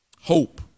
Hope